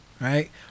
Right